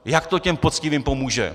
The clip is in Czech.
Jak to těm poctivým pomůže?